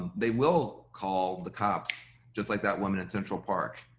they will call the cops just like that woman in central park,